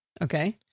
Okay